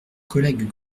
collègue